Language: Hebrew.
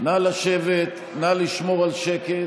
נא לשמור על שקט.